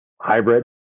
hybrid